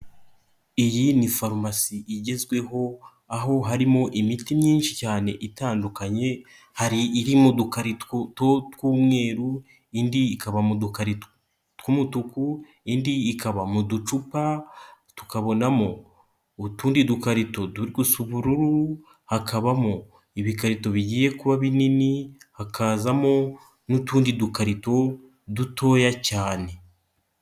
Iyi ni farumasi igezweho aho harimo imiti myinshi cyane itandukanye hari iri mu dukarito tw'umweru indi ikaba mu dukarito tw'umutuku indi ikaba mu ducupa, tukabonamo utundi dukarito turi gusa ubururu hakabamo ibikarito bigiye kuba binini hakazamo n'utundi dukarito dutoya cyane.